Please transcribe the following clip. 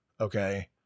okay